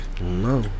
No